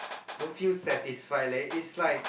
don't feel satisfied leh it's like